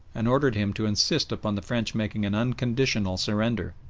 and ordered him to insist upon the french making an unconditional surrender.